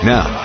Now